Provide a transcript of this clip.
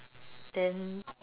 then